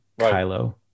Kylo